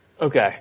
Okay